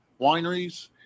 wineries